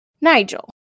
Nigel